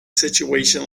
situation